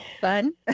Fun